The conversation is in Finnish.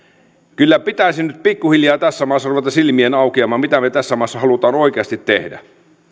kyllä pitäisi nyt pikkuhiljaa tässä maassa ruveta silmien aukeamaan mitä me tässä maassa haluamme oikeasti tehdä